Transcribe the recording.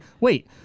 wait